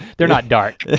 they're not dark.